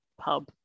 pub